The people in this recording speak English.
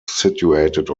situated